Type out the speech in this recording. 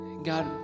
God